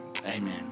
Amen